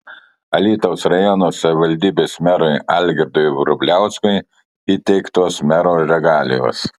alytaus rajono savivaldybės merui algirdui vrubliauskui įteiktos mero regalijos